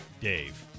Dave